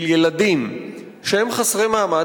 של ילדים שהם חסרי מעמד.